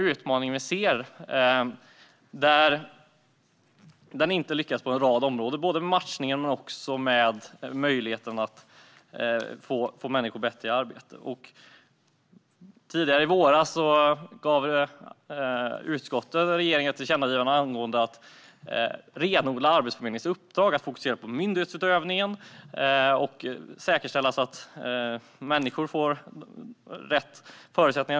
Den lyckas inte på en rad områden. Det gäller matchningen och möjligheten att få människor i arbete. I våras föreslog utskottet ett tillkännagivande till regeringen om att man skulle renodla Arbetsförmedlingens uppdrag, att den skulle fokusera på myndighetsutövningen och säkerställa att människor får rätt förutsättningar.